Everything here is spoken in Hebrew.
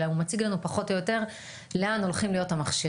אלא הוא מציג לנו פחות או יותר לאן הולכים המכשירים.